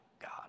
God